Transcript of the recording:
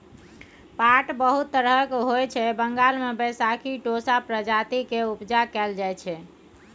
पाट बहुत तरहक होइ छै बंगाल मे बैशाखी टोसा प्रजाति केर उपजा कएल जाइ छै